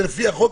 לפי החוק,